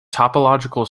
topological